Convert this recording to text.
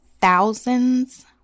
thousands